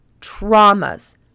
traumas